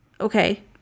Okay